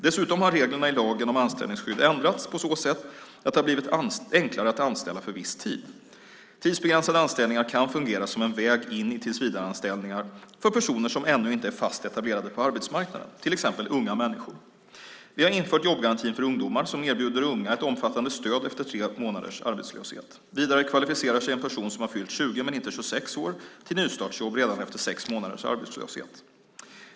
Dessutom har reglerna i lagen om anställningsskydd ändrats på så sätt att det har blivit enklare att anställa för viss tid. Tidsbegränsade anställningar kan fungera som en väg in i tillsvidareanställningar för personer som ännu inte är fast etablerade på arbetsmarknaden, till exempel unga människor. Vi har infört jobbgarantin för ungdomar som erbjuder unga ett omfattande stöd efter tre månaders arbetslöshet. Vidare kvalificerar sig en person som har fyllt 20 men inte 26 år till nystartsjobb redan efter sex månaders arbetslöshet.